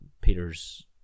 Peter's